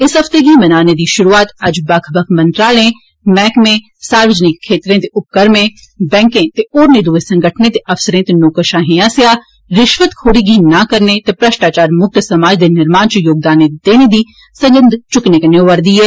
इस हफते गी मनाने दी शुरुआत अज्ज बक्ख बकख मंत्रालयें मैहकमें सार्वजनिक क्षेत्रें दे उपक्रमें बैंकें ते होरनें दुए संगठनें दे अफसरें ते नौकरशाहें आस्सेआ रिश्वतखोरी गी नां करना ते भ्रष्टाचार मुक्त समाज दे निर्माण च योगदान देने दी सगंध चुका'रदे न